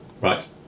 right